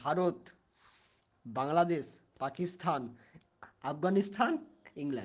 Bharat Bangladesh Pakistan Afghanistan England